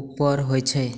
ऊपर होइ छै